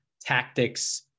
tactics